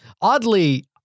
oddly